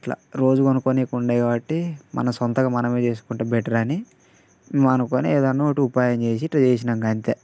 అట్లా రోజు కొనుక్కోనీకి ఉండదు కాబట్టి మన సొంతగా మనమే చేసుకుంటే బెటర్ అని మన పని ఏదన్నా ఒకటి ఉపాయం చేసి ట్రై చేసినా ఇంకంతే